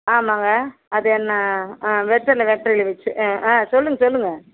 ஆமாங்க அது என்ன ஆ வெத்தலை வெத்தலை வைச்சு ஆ ஆ சொல்லுங்கள் சொல்லுங்கள்